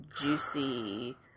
juicy